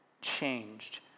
changed